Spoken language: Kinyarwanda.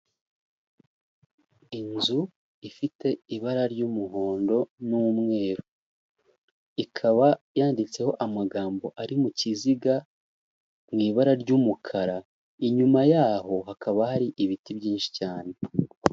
Inzu ifite ibara ry'umuhondo n'umweru, ikaba yanditseho amagambo ari mu kiziga, mu ibara ry'umukara, inyuma y'aho hakaba hari ibiti byinshi cyane.